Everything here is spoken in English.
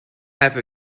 have